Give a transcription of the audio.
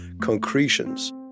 concretions